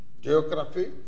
geography